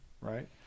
right